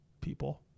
people